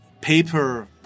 paper